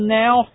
now